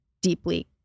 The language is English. deeply